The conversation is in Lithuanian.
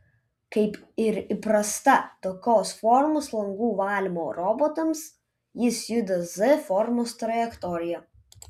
kaip ir įprasta tokios formos langų valymo robotams jis juda z formos trajektorija